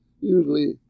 usually